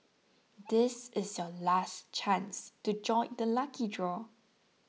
this is your last chance to join the lucky draw